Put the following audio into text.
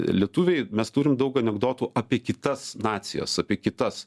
lietuviai mes turim daug anekdotų apie kitas nacijas apie kitas